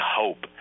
hope